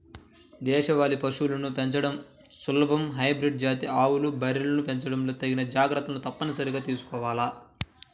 దేశవాళీ పశువులను పెంచడం సులభం, హైబ్రిడ్ జాతి ఆవులు, బర్రెల్ని పెంచడంలో తగిన జాగర్తలు తప్పనిసరిగా తీసుకోవాల